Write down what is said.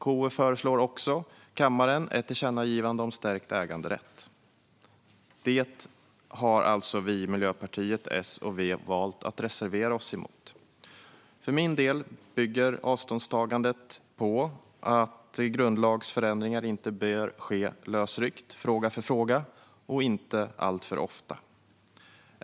KU föreslår också att riksdagen gör ett tillkännagivande om stärkt äganderätt. Det har alltså vi i Miljöpartiet, Socialdemokraterna och Vänsterpartiet valt att reservera oss emot. För min del bygger avståndstagandet på att grundlagsförändringar inte bör ske lösryckt fråga för fråga och inte alltför ofta.